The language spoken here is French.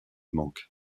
manque